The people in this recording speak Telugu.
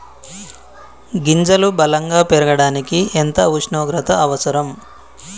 గింజలు బలం గా పెరగడానికి ఎంత ఉష్ణోగ్రత అవసరం?